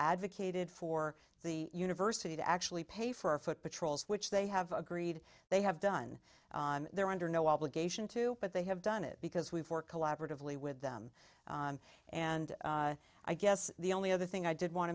advocated for the university to actually pay for foot patrols which they have agreed they have done they're under no obligation to but they have done it because we've work collaboratively with them and i guess the only other thing i did want